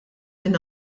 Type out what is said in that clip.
minn